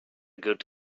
good